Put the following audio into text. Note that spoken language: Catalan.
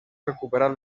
recuperar